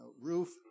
roof